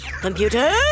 Computer